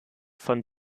von